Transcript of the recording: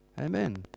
Amen